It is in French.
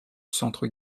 centre